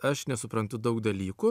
aš nesuprantu daug dalykų